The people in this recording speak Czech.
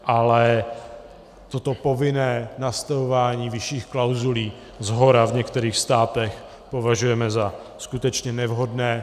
Ale toto povinné nastavování vyšších klauzulí shora v některých státech považujeme skutečně za nevhodné.